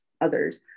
others